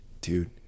dude